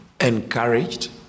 encouraged